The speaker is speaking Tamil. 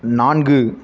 நான்கு